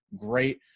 great